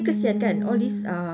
mm